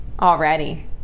already